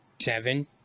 seven